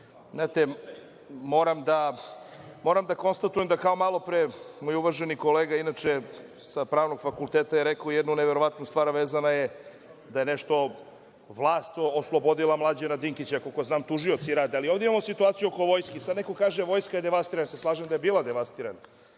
moram da konstatujem da, kao malopre, moj uvaženi kolega, inače sa pravnog fakulteta, je rekao jednu neverovatnu stvar, a vezana je da je nešto vlast oslobodila Mlađana Dinkića, koliko znam tužioci rade, ali ovde imamo situaciju oko vojske. Sad neko kaže - vojska je devastirana. Slažem se da je bila devastirana